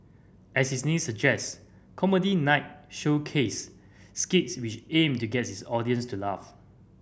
as its name suggest Comedy Night showcased skits which aimed to get its audience to laugh